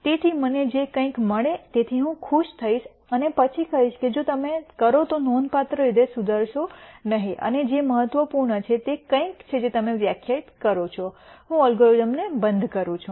તેથી મને જે કંઇક મળે તેથી હું ખુશ થઈશ અને પછી કહીશ કે જો તમે કરો તો નોંધપાત્ર રીતે સુધારશો નહીં અને જે મહત્ત્વપૂર્ણ છે તે કંઈક છે જે તમે વ્યાખ્યાયિત કરો છો હું અલ્ગોરિધમનો બંધ કરું છું